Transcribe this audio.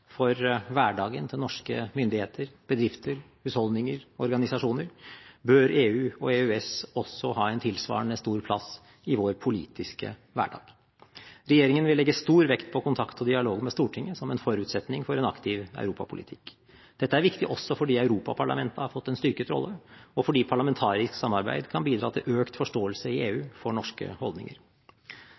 for hverdagen til norske myndigheter, bedrifter, husholdninger og organisasjoner, bør EU og EØS også ha en tilsvarende stor plass i vår politiske hverdag. Regjeringen vil legge stor vekt på kontakt og dialog med Stortinget som en forutsetning for en aktiv europapolitikk. Dette er viktig også fordi Europaparlamentet har fått en styrket rolle, og fordi parlamentarisk samarbeid kan bidra til økt forståelse i EU for norske holdninger.